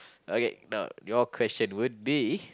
okay now your question would be